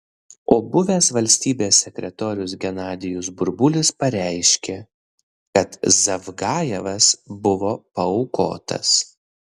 o buvęs valstybės sekretorius genadijus burbulis pareiškė kad zavgajevas buvo paaukotas